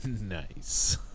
Nice